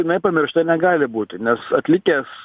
jinai pamiršta negali būt nes atlikęs